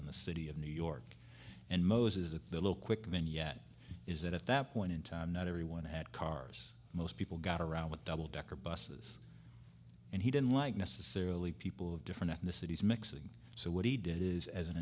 in the city of new york and moses at the low quick men yet is that at that point in time not everyone at cars most people got around with double decker buses and he didn't like necessarily people of different ethnicities mixing so what he did is as an